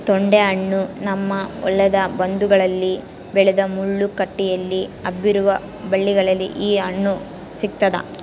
ತೊಂಡೆಹಣ್ಣು ನಮ್ಮ ಹೊಲದ ಬದುಗಳಲ್ಲಿ ಬೆಳೆದ ಮುಳ್ಳು ಕಂಟಿಯಲ್ಲಿ ಹಬ್ಬಿರುವ ಬಳ್ಳಿಯಲ್ಲಿ ಈ ಹಣ್ಣು ಸಿಗ್ತಾದ